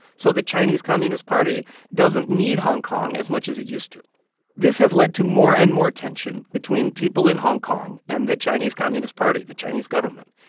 so the chinese communist party doesn't need hong kong as much as it used to this has led to more and more tension between people in hong kong and the chinese communist party, the chinese government.